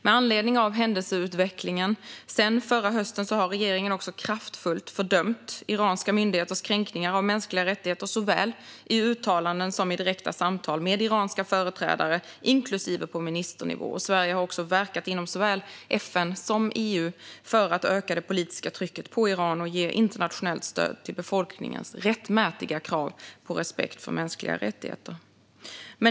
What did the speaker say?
Med anledning av händelseutvecklingen sedan förra hösten har regeringen också kraftfullt fördömt iranska myndigheters kränkningar av mänskliga rättigheter i såväl uttalanden som direkta samtal med iranska företrädare, inklusive på ministernivå. Sverige har också verkat inom såväl FN som EU för att öka det politiska trycket på Iran och ge internationellt stöd till befolkningens rättmätiga krav på respekt för mänskliga rättigheter.